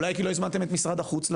אולי כי לא הזמנתם את משרד החוץ לדיון?